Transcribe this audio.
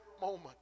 moment